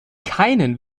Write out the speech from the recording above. keinen